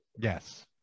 Yes